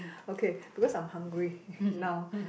okay because I'm hungry now